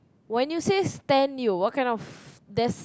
when you say stand you what kind of there's